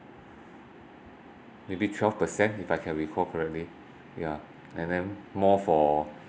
maybe twelve per cent if I can recall correctly yeah and then more for